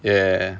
ya